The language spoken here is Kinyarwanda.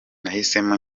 nahisemo